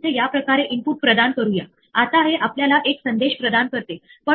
उदाहरणार्थ आपण जेव्हा पायथोन रन करतो आणि आपण काहीतरी चुकीचे टाईप करतो तेव्हा आपल्याला काहीतरी मिळते ज्याला सिंटॅक्स एरर असे म्हणतात आणि पायथोन आपल्याला एक संदेश दर्शवतो की सिंटॅक्स एरर किंवा अवैध सिंटॅक्स